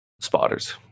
Spotters